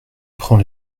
prend